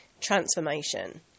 transformation